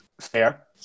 fair